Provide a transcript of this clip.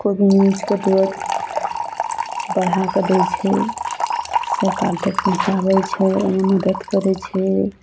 कोइ भी न्यूजके तुरत बढ़ा कऽ दै छै सरकार तक पहुँचाबय छै ओइमे मदति करय छै